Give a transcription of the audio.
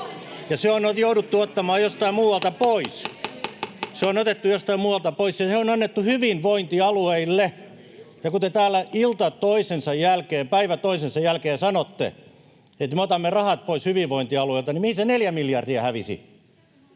se on jouduttu ottamaan jostain muualta pois. Se on otettu jostain muualta pois, ja se on annettu hyvinvointialueille. Kun te täällä ilta toisensa jälkeen ja päivä toisensa jälkeen sanotte, että me otamme rahat pois hyvinvointialueilta, niin mihin se neljä miljardia hävisi